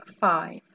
five